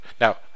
Now